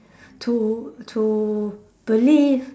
to to believe